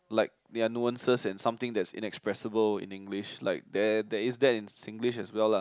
like there are nuances and something that is inexpressible in English like there there is that in Singlish as well lah